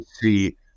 see